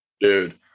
dude